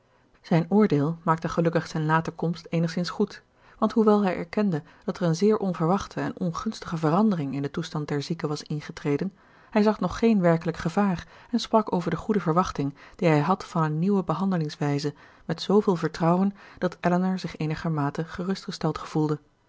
zijn oordeel maakte gelukkig zijn late komst eenigszins goed want hoewel hij erkende dat er een zeer onverwachte en ongunstige verandering in den toestand der zieke was ingetreden hij zag nog geen werkelijk gevaar en sprak over de goede verwachting die hij had van eene nieuwe behandelingswijze met zooveel vertrouwen dat elinor zich eenigermate gerustgesteld gevoelde